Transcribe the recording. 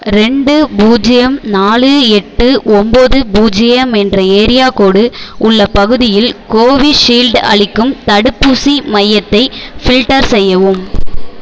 ரெண்டு பூஜ்ஜியம் நாலு எட்டு ஒம்பது பூஜ்ஜியம் என்ற ஏரியா கோடு உள்ள பகுதியில் கோவிஷீல்டு அளிக்கும் தடுப்பூசி மையத்தை ஃபில்டர் செய்யவும்